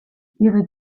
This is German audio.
ihre